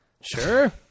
Sure